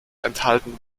enthalten